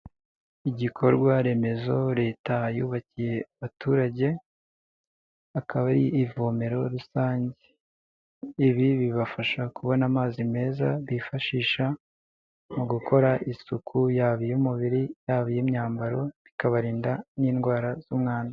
Igikorwa remezo leta yubakiye abaturage akaba ari ivomero rusange, ibi bibafasha kubona amazi meza bifashisha mu gukora isuku yaba iy'umubiri, iy'abay'imyambaro ikabarinda n'indwara z'umwanda.